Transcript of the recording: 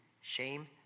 shame